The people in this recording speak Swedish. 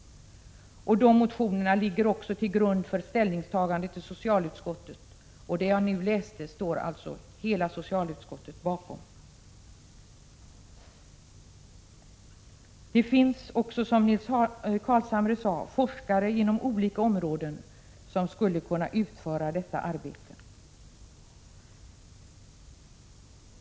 De motionerna ligger också till grund för ställningstagandet i socialutskottet. Det jag nyss läste står alltså hela socialutskottet bakom. Det finns också, som Nils Carlshamre sade, forskare inom olika områden som skulle kunna utföra detta arbete.